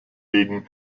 gegen